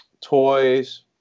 toys